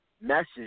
message